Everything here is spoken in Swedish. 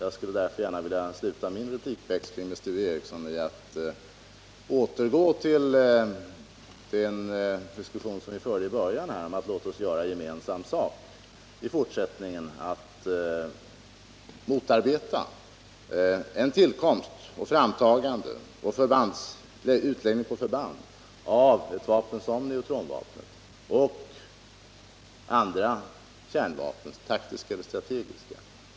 Jag skulle gärna vilja sluta min replikväxling med Sture Ericson med att återgå till den diskussion som vi förde i början. Låt oss göra gemensam sak i fortsättningen för att motarbeta en tillkomst, ett framtagande och en utläggning på förband av ett vapen som neutronvapnet och andra kärnvapen, taktiska eller strategiska!